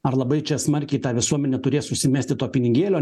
ar labai čia smarkiai ta visuomenė turės susimesti to pinigėlio